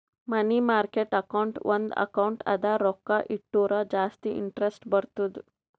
ಮನಿ market account ಒಂದ್ account ಅದ ರೊಕ್ಕಾ ಇಟ್ಟುರ ಜಾಸ್ತಿ ಇಂಟರೆಸ್ಟ್ ಬರ್ತುದ್